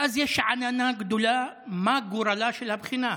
ואז יש עננה גדולה: מה גורלה של הבחינה?